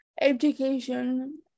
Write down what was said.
education